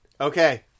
Okay